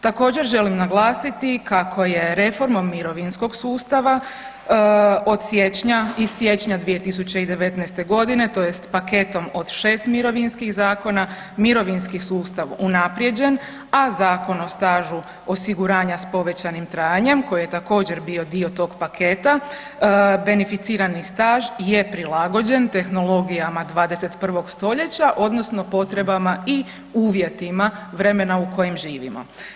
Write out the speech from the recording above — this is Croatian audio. Također želim naglasiti kako je reformom mirovinskog sustava iz siječnja 2019.g. tj. paketom od 6 mirovinskih zakona mirovinski sustav unaprijeđen, a Zakon o stažu osiguranja s povećanim trajanjem koji je također bio tog paketa beneficirani staž je prilagođen tehnologijama 21.stoljeća odnosno potrebama i uvjetima vremena u kojem živimo.